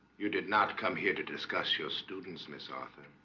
you did not come here to discuss your students miss arthur